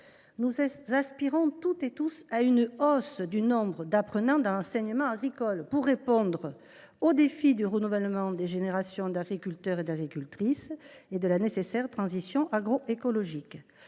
Nous aspirons tous à une hausse du nombre d’apprenants dans l’enseignement agricole pour répondre au défi du renouvellement des générations d’agriculteurs et de la nécessaire transition agroécologique.